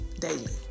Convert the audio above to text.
Daily